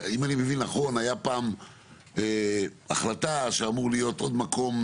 אם אני מבין נכון היה פעם החלטה שאמור להיות עוד מקום,